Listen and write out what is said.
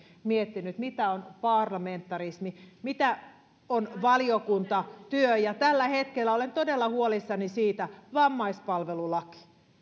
miettinyt mitä on parlamentarismi mitä on valiokuntatyö ja tällä hetkellä olen todella huolissani siitä vammaispalvelulaki